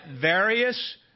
various